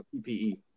PPE